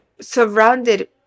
surrounded